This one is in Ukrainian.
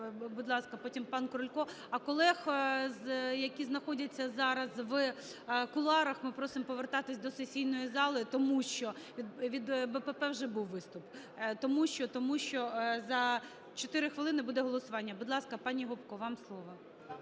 будь ласка, потім пан Крулько. А колег, які знаходяться зараз в кулуарах, ми просимо повертатися до сесійної зали, тому що… Від БПП вже був виступ. Тому що, тому що за чотири хвилини буде голосування. Будь ласка, пані Гопко, вам слово.